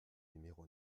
numéro